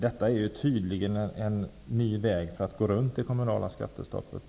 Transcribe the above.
Detta är tydligen en ny väg att komma runt det kommunala skattestoppet.